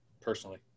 personally